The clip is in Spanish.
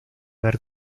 ver